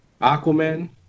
Aquaman